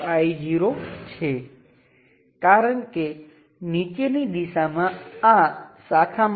આ જોડયાં વગર તમે જુઓ છો કે તેમાંથી 2 મિલિએમ્પ વહે છે ત્યાં 0